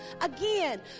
Again